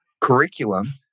curriculum